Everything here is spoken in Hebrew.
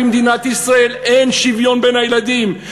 במדינת ישראל אין שוויון בין הילדים,